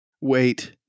Wait